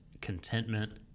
contentment